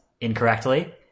incorrectly